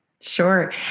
Sure